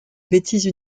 bêtise